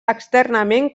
externament